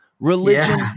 Religion